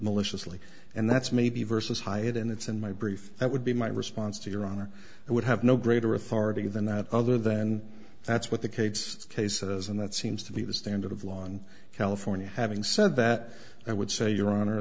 maliciously and that's maybe versus hiatt and it's in my brief that would be my response to your honor i would have no greater authority than that other than that's what the case cases and that seems to be the standard of law and california having said that i would say your honor